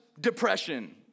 depression